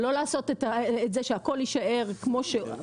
לא לעשות את זה שהכול יישאר כמו שהוא,